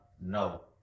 No